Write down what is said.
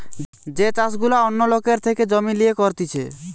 যে চাষ গুলা অন্য লোকের থেকে জমি লিয়ে করতিছে